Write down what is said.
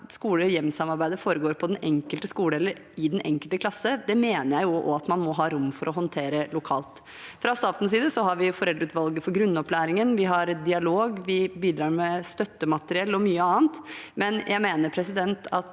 skole-hjem-samarbeidet foregår på den enkelte skole eller i den enkelte klasse, mener jeg også at man må ha rom for å håndtere lokalt. Fra statens side har vi foreldreutvalget for grunnopplæringen, vi har dialog, og vi bidrar med støttemateriell og mye annet, men jeg mener at